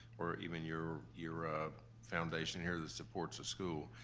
or even your your ah foundation here, that supports a school,